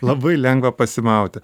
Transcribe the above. labai lengva pasimauti